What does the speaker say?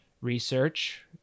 research